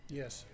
yes